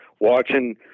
watching